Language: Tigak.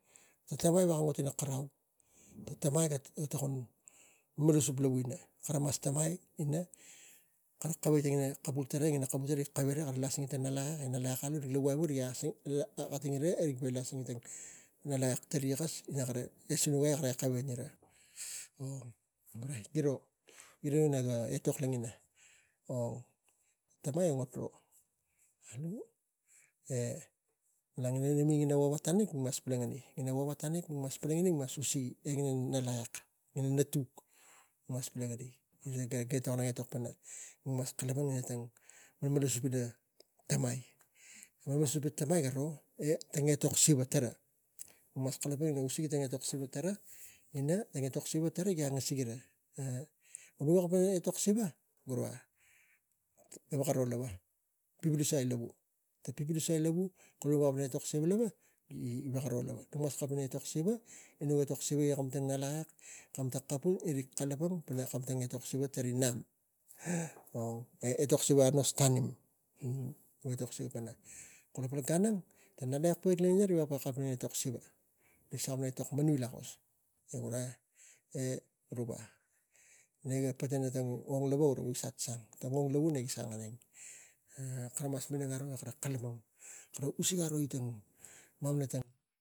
Tang tamai geveko tang ot ina kurau. Tang tamai ga tokon malmalasup lavu ina kara mas tamai ina kara kavai leara ina kapul, kapul rik tavai rik laseni i na ngalakek e ngalakek riga laslasing ngire e rik lasen kari lakek kes e kara suka e kavai, orait giro nau naga etok logina ong e malang ina vava tanik rik mas palangai e mik mas usigi ngalakek mas palangani tang gan kara etok pana mik kalapang pana etok riga kus pana tamai. Malmalasup ina tamai garo etok siva tara garo e mik mas kalapang e mik mas etok siva ina tang etok siva gi nang e angasik ira. E vo mik gaveko etok siva gara lava gaveko aro lava visvisai lavu kula mamana etok siva gaveko ro tumas. E lo siva tang ngalakek aino riga